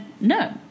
no